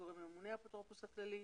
הגורם הממונה הוא האפוטרופוס הכללי.